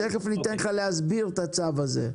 תיכף ניתן לך להסביר את הצו הזה,